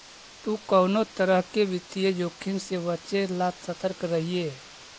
तु कउनो तरह के वित्तीय जोखिम से बचे ला सतर्क रहिये